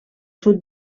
sud